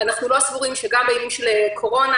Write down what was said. אנחנו לא סבורים שגם בימים של קורונה